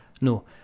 no